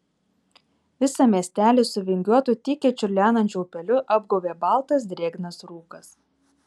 visą miesteli su vingiuotu tykiai čiurlenančiu upeliu apgaubė baltas drėgnas rūkas